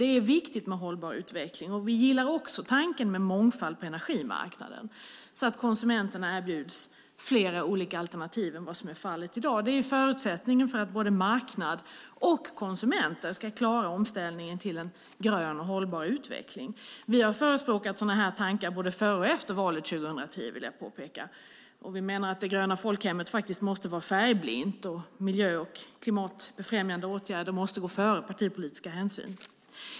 Det är viktigt med hållbar utveckling. Vi gillar också tanken på mångfald på energimarknaden så att konsumenterna erbjuds fler alternativ än vad som är fallet i dag. Det är förutsättningen för att både marknad och konsumenter ska klara omställningen till en grön och hållbar utveckling. Vi har förespråkat sådana här tankar både före och efter valet 2010, vill jag påpeka. Vi menar att det gröna folkhemmet måste vara färgblint och att miljö och klimatfrämjande åtgärder måste gå före partipolitiska hänsyn.